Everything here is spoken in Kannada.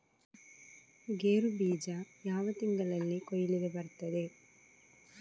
ಗೇರು ಬೀಜ ಯಾವ ತಿಂಗಳಲ್ಲಿ ಕೊಯ್ಲಿಗೆ ಬರ್ತದೆ?